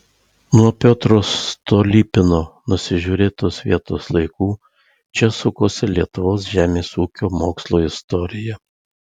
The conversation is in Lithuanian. nuo piotro stolypino nusižiūrėtos vietos laikų čia sukosi lietuvos žemės ūkio mokslo istorija